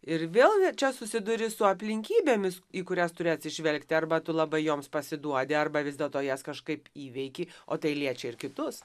ir vėlgi čia susiduri su aplinkybėmis į kurias turi atsižvelgti arba tu labai joms pasiduodi arba vis dėlto jas kažkaip įveiki o tai liečia ir kitus